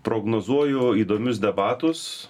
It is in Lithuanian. prognozuoju įdomius debatus